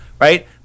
right